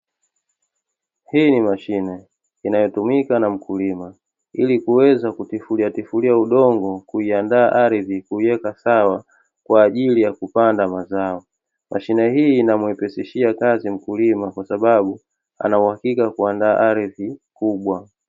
Hii ni mashine inayotumika na mkulima ili kuweza kutifuliatifulia udongo, kuiandaa ardhi kuiweka sawa kwa ajili ya kupanda mazao. Mashine hii inamuwepesishia kazi mkulima kwasababu ana uhakika wa kuandaa ardhi kubwa.